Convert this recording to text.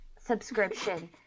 subscription